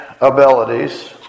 abilities